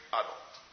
adult